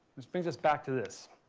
which brings us back to this.